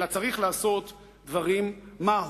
אלא צריך לעשות דברים מהותיים: